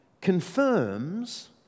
confirms